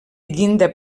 llinda